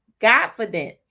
confidence